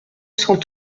cent